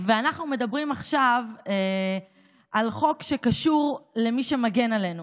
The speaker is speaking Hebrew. ואנחנו מדברים עכשיו על חוק שקשור למי שמגן עלינו,